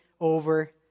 over